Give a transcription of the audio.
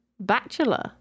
bachelor